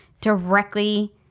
directly